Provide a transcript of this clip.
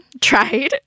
tried